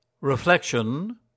REFLECTION